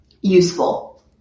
useful